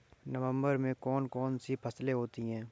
नवंबर में कौन कौन सी फसलें होती हैं?